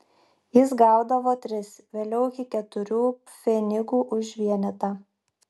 jis gaudavo tris vėliau iki keturių pfenigų už vienetą